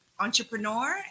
entrepreneur